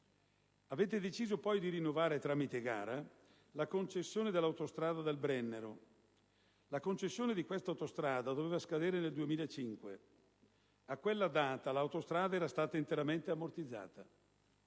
Avete deciso poi di rinnovare, tramite gara, la concessione dell'autostrada del Brennero. Tale concessione doveva scadere nel 2005; a quella data, l'autostrada era stata interamente ammortizzata.